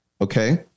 okay